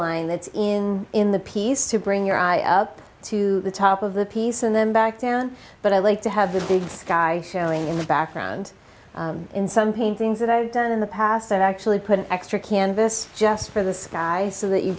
powerline that's in in the piece to bring your eye up to the top of the piece and then back down but i like to have the big sky showing in the background in some paintings that i've done in the past i've actually put an extra canvas just for the sky so that you